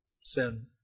sin